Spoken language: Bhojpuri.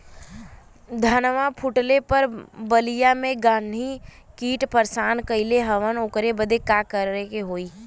धनवा फूटले पर बलिया में गान्ही कीट परेशान कइले हवन ओकरे बदे का करे होई?